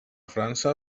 frança